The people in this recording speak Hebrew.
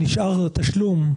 נשאר תשלום.